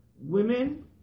women